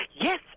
Yes